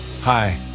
Hi